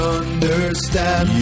understand